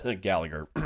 Gallagher